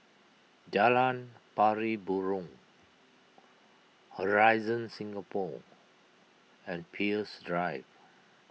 Jalan Pari Burong Horizon Singapore and Peirce Drive